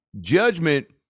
judgment